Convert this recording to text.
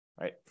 right